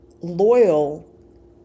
loyal